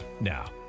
Now